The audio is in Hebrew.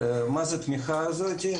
מה זה התמיכה הזאת,